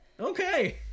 Okay